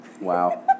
Wow